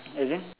as in